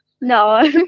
No